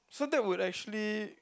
so that would actually